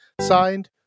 Signed